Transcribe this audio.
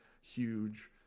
huge